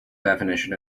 definition